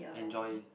enjoying